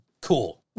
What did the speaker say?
cool